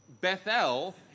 Bethel